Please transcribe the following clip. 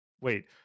wait